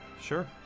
Sure